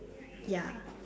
ya